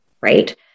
right